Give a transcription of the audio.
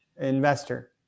investor